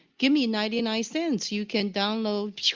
give me an idea in adsense you can download,